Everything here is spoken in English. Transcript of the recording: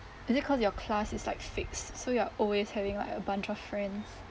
is it cause your class is like fixed so you're always having like a bunch of friends